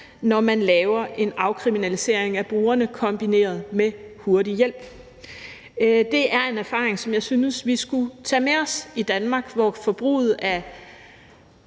når man laver en afkriminalisering af brugerne kombineret med hurtig hjælp. Det er en erfaring, som jeg synes vi skulle tage med os i Danmark, hvor forbruget af